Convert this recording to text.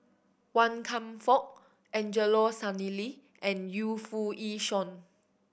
Wan Kam Fook Angelo Sanelli and Yu Foo Yee Shoon